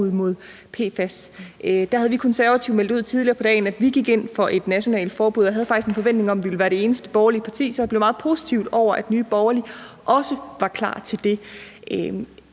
mod PFAS. Der havde vi Konservative meldt ud tidligere på dagen, at vi gik ind for et nationalt forbud, og jeg havde faktisk en forventning om, at vi ville være det eneste borgerlige parti, så jeg blev meget positiv over, at Nye Borgerlige også var klar til det.